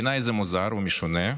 בעיניי זה מוזר ומשונה,